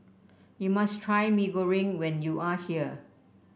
you must try Mee Goreng when you are here